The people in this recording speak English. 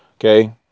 okay